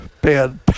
bad